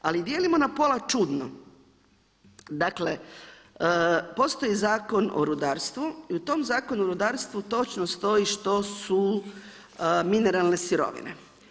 Ali dijelimo na pola čudno, dakle postoji Zakon o rudarstvu i u tom Zakonu o rudarstvu točno stoji što su mineralne sirovine.